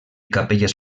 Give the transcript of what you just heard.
capelles